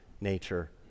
nature